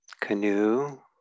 canoe